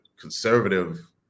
conservative